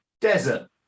desert